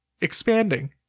Expanding